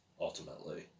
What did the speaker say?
ultimately